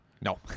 no